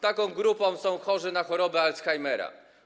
Taką grupą są chorzy na chorobę Alzheimera.